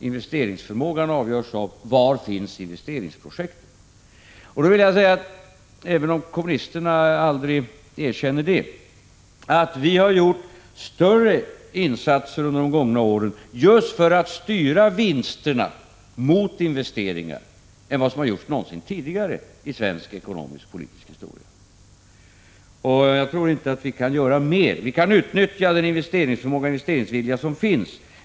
Investeringsförmågan avgörs av var investeringsprojekten finns. Även om kommunisterna aldrig erkänner det, vill jag säga att vi har gjort större insatser under de gångna åren just för att styra vinsterna mot investeringar än vad som har gjorts någonsin tidigare i svensk ekonomisk politisk historia. Jag tror inte att vi kan göra mer. Vi kan utnyttja den investeringsförmåga och investeringsvilja som finns.